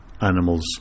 animals